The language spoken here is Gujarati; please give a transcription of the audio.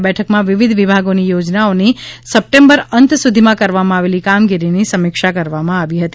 આ બેઠકમાં વિવિધ વિભાગોની યોજનાઓની સપ્ટેમ્બર અંત સુધીમાં કરવામાં આવેલી કામગીરીની સમીક્ષા કરવામાં આવી હતી